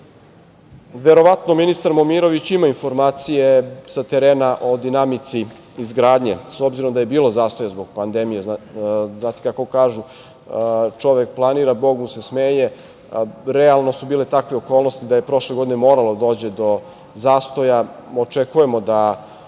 nejasnoća. Verovatno ministar Momirović ima informacije sa terena, o dinamici izgradnje, s obzirom da je bilo zastoja zbog pandemije, znate kako kažu – čovek planira, Bog mu se smeje, realno su bile takve okolnosti da je prošle godine moralo da dođe do zastoja. Očekujemo da